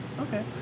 okay